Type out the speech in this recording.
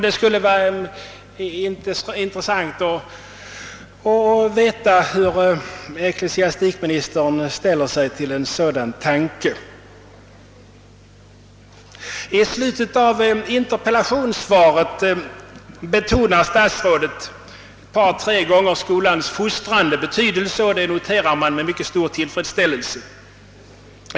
Det skulle vara intressant att veta hur ecklesiastikministern ställer sig till en sådan tanke. I slutet av interpellationssvaret betonar statsrådet flera gånger skolans fostrande betydelse, och det noterar jag med mycket stor tillfredsställelse.